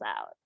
out